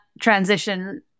transition